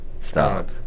Stop